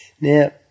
Now